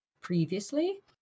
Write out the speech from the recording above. previously